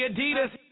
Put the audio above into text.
Adidas